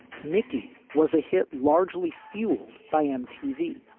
mickey was a hit largely fueled by mtv,